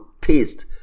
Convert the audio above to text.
taste